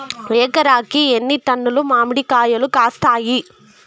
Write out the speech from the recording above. ఎకరాకి ఎన్ని టన్నులు మామిడి కాయలు కాస్తాయి?